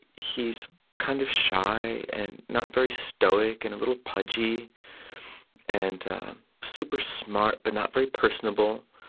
he's kind of shy and not very stoic and a little pudgy and super-smart, but not very personable,